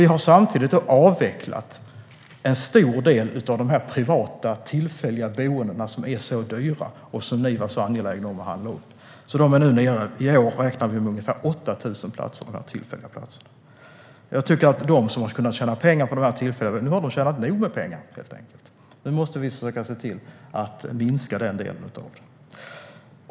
Vi har samtidigt avvecklat en stor del av de privata, tillfälliga boendena, som är så dyra och som ni var så angelägna om att handla upp. I år räknar vi med ungefär 8 000 tillfälliga boenden. Jag tycker att de som har kunnat tjäna pengar på de tillfälliga boendena helt enkelt har tjänat nog med pengar nu. Nu måste vi försöka se till att minska den delen.